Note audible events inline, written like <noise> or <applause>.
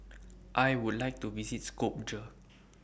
<noise> I Would like to visit Skopje